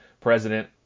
President